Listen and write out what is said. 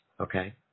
okay